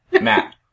Matt